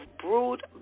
brewed